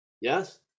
Yes